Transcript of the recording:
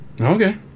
Okay